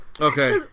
Okay